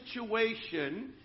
situation